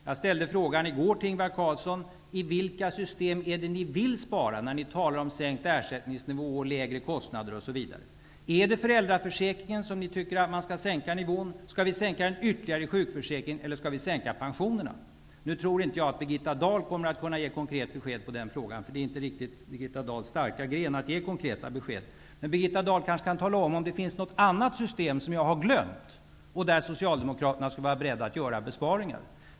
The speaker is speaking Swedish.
Jag ställde frågan i går till Ingvar Carlsson: I vilka system vill ni spara när ni talar om sänkt er sättningsnivå, lägre kostnader osv? Är det i för äldraförsäkringen ni tycker att man skall sänka ni vån? Skall vi sänka nivån ytterligare i sjukförsäk ringen? Eller skall vi sänka pensionerna? Nu tror jag inte att Birgitta Dahl kommer att kunna ge ett konkret besked på den punkten. Det är inte riktigt Birgitta Dahls starka gren att ge konkreta besked. Men Birgitta Dahl kanske kan tala om ifall det finns något annat system som jag har glömt där socialdemokraterna skulle vara be redda att göra besparingar.